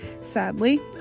sadly